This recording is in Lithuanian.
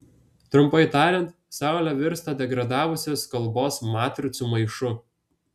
trumpai tariant saulė virsta degradavusios kalbos matricų maišu